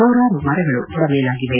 ನೂರಾರು ಮರಗಳು ಬುಡಮೇಲಾಗಿವೆ